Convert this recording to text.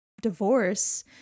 divorce